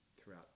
throughout